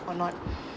or not